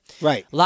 Right